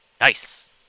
Nice